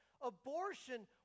abortion